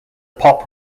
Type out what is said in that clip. pop